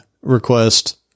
request